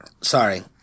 sorry